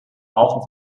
rauchen